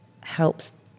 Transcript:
helps